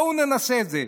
בואו ננסה את זה.